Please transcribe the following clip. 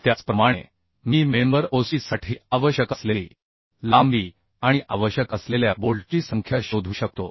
त्याचप्रमाणे मी member OC साठी आवश्यक असलेली लांबी आणि आवश्यक असलेल्या बोल्टची संख्या शोधू शकतो